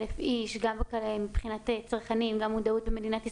700,000 איש -- -מבחינת צרכנים גם מודעות במדינת ישראל,